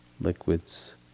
liquids